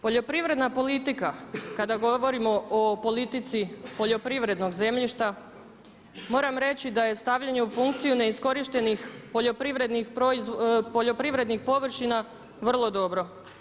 Poljoprivredna politika kada govorimo o politici poljoprivrednog zemljišta moram reći da je stavljanje u funkciju neiskorištenih poljoprivrednih površina vrlo dobro.